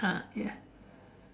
ah ya